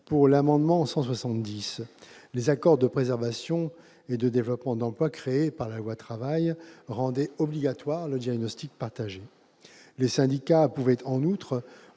l'amendement n° 170 rectifié, les accords de préservation et de développement de l'emploi, créés par la loi Travail, rendaient obligatoire le diagnostic partagé. Les syndicats pouvaient en outre